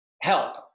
help